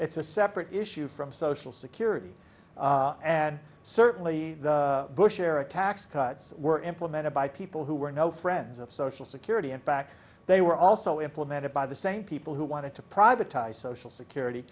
it's a separate issue from social security and certainly the bush era tax cuts were implemented by people who were no friends of social security and back they were also implemented by the same people who wanted to privatized social security